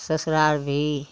ससुराल भी